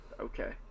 Okay